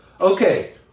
Okay